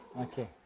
Okay